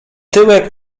tyłek